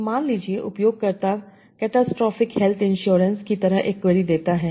तो मान लीजिए उपयोगकर्ता कैटास्ट्रोफिक हेल्थ इंश्योरेंस की तरह एक क्वेरी देता है